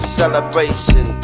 celebration